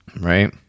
Right